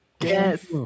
Yes